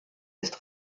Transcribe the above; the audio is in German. ist